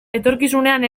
etorkizunean